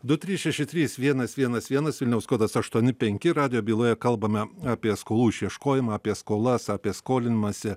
du trys šeši trys vienas vienas vienas vilniaus kodas aštuoni penki radijo byloje kalbame apie skolų išieškojimą apie skolas apie skolinimąsi